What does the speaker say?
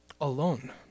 alone